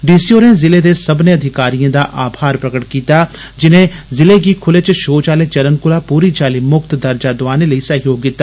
कू होरें जिले दे सब्बनें अधिकारिएं दा आभार प्रगट कीता जिने जिले गी खुले च षोच आले चलन कोला पूरी चाल्ली मुक्त दर्जा दोआने लेई सहयोग दिता